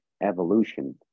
evolution